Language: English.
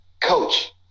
Coach